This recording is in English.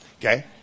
Okay